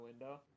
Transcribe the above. window